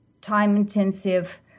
time-intensive